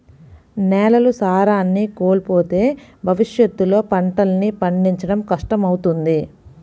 నేలలు సారాన్ని కోల్పోతే భవిష్యత్తులో పంటల్ని పండించడం కష్టమవుతుంది